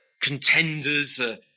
contenders